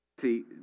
See